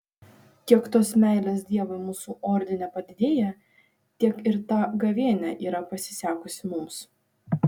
kiek tos meilės dievui mūsų ordine padidėja tiek ir ta gavėnia yra pasisekusi mums